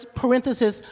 parenthesis